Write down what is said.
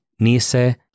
Nise